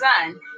son